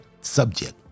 subject